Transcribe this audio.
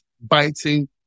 biting